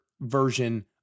version